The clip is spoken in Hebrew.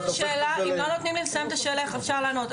את הופכת אותו ל --- אם לא נותנים לי לסיים את השאלה איך אפשר לענות?